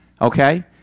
Okay